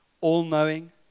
all-knowing